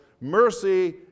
Mercy